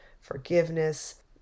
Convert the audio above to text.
forgiveness